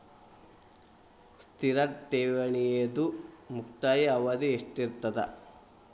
ಸ್ಥಿರ ಠೇವಣಿದು ಮುಕ್ತಾಯ ಅವಧಿ ಎಷ್ಟಿರತದ?